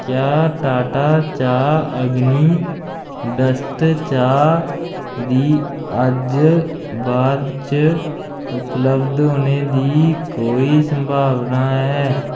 क्या टाटा चाह् अग्नि डस्ट चाह् दी अज्ज बाद च उपलब्ध होने दी कोई संभावना ऐ